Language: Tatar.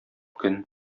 көн